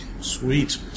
Sweet